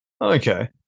okay